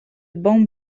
bomb